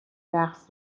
رقص